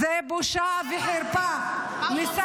זאת בושה וחרפה -- מה, הוא רוצח ערבים?